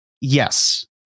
yes